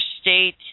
state